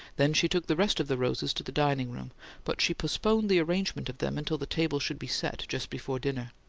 then she took the rest of the roses to the dining-room but she postponed the arrangement of them until the table should be set, just before dinner.